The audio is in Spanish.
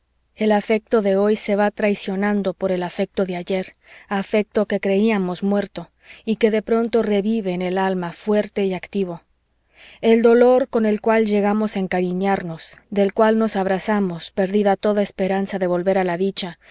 el afecto de hoy se ve traicionado por el afecto de ayer afecto que creíamos muerto y que de pronto revive en el alma fuerte y activo el dolor con el cual llegamos a encariñarnos del cual nos abrazamos perdida toda esperanza de volver a la dicha